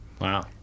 Wow